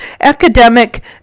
academic